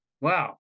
Wow